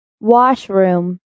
washroom